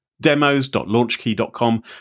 demos.launchkey.com